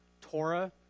Torah